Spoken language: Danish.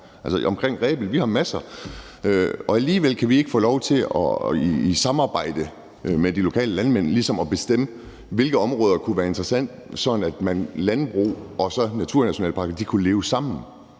altså omkring Rebild, hvor vi har masser. Alligevel kan vi ikke få lov til i samarbejde med de lokale landmænd ligesom at bestemme, hvilke områder der kunne være interessante, sådan at landbrug og naturnationalparker kunne leve sammen.